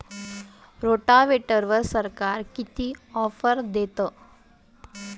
रोटावेटरवर सरकार किती ऑफर देतं?